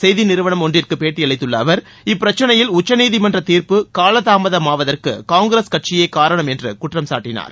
செய்தி நிறுவனம் ஒன்றிற்கு பேட்டி அளித்துள்ள அவர் இப்பிரச்சினையில் உச்சநீதிமன்ற தீர்ப்பு காலதாமதமாவதற்கு காங்கிரஸ் கட்சியே காரணம் என்று அவர் குற்றம் சாட்டினார்